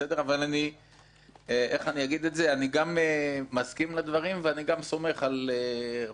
אבל אני גם מסכים לדברים, ואני גם סומך על רועי,